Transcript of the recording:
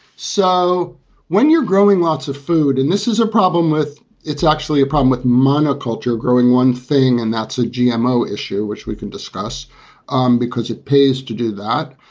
so when you're growing lots of food and this is a problem with it's actually a problem with monoculture growing one thing, and that's a gmo issue which we can discuss um because it pays to do that.